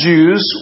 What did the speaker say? Jews